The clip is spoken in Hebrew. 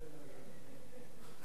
חברי